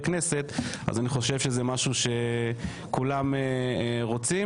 כנסת אז אני חושב שזה משהו שכולם רוצים.